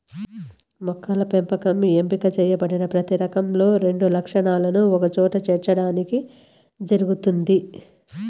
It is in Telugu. మొక్కల పెంపకం ఎంపిక చేయబడిన ప్రతి రకంలో రెండు లక్షణాలను ఒకచోట చేర్చడానికి జరుగుతుంది